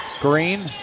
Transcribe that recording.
Green